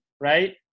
Right